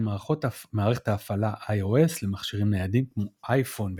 מערכת ההפעלה iOS למכשירים ניידים כמו אייפון ואייפד,